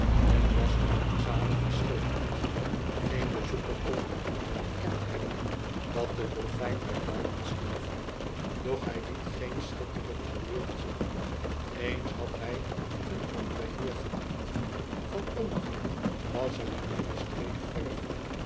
kamelen was armzalig geschilderd geen bezoeker kon ontkend hebben dat de dolfijn bij duimen stierf doch hij liet geen schitterende kleuren zien eens had hij een andoren heer gediend van onderen was er eene nieuwe streek verf